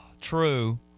true